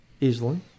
Easily